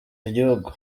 gihugu